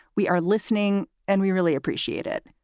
we are listening and we really appreciate it.